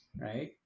right